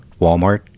Walmart